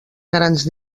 grans